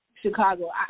Chicago